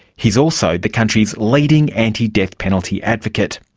he is also the country's leading anti-death-penalty advocate.